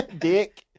Dick